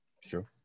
Sure